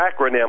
acronym